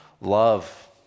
Love